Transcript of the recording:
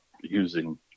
using